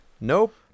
Nope